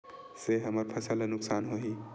से हमर फसल ला नुकसान होही?